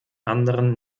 anderen